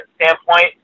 standpoint